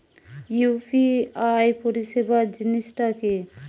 UPI পরিসেবা জিনিসটা কি?